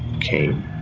came